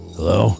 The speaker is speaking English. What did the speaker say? Hello